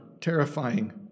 terrifying